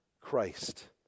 Christ